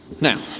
Now